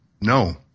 No